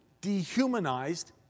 dehumanized